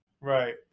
Right